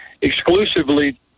exclusively